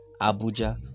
Abuja